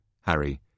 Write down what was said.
Harry